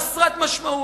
חסרת משמעות,